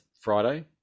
Friday